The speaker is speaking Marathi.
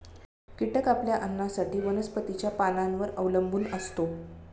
कीटक आपल्या अन्नासाठी वनस्पतींच्या पानांवर अवलंबून असतो